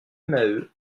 maheu